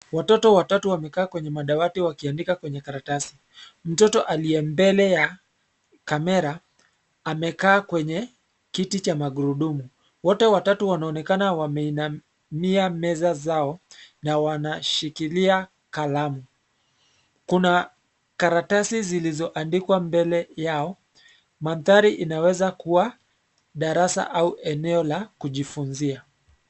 Watoto watatu wamekaa kwenye madawati wakiandika kwenye karatasi. Mtoto aliye mbele ya kamera amekaa kwenye kiti cha magurudumu. Wote watatu wanaonekana wameinamia meza zao na wanashikilia kalamu. Kuna karatasi zilizoandikwa mbele yao. Mandhari inaweza kuwa darasa au eneo la kujifunzia.